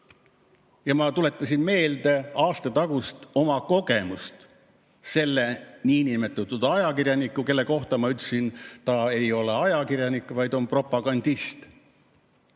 Ma tuletasin meelde oma aastatagust kogemust selle niinimetatud ajakirjanikuga, kelle kohta ma ütlesin, et ta ei ole ajakirjanik, vaid on propagandist.